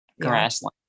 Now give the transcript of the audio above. grassland